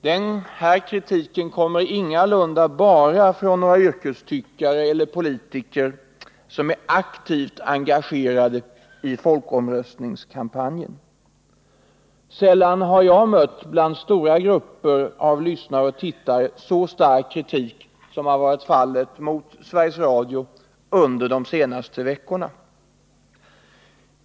Den kritiken kommer ingalunda bara från några yrkestyckare eller politiker som är aktivt engagerade i folkomröstningskampanjen. Sällan har jag bland så stora grupper av lyssnare och tittare mött så stark kritik som den som riktats mot Sveriges Radio under de senaste veckorna.